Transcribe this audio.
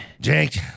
Jake